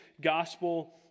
gospel